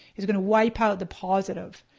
it's gonna wipe out the positive.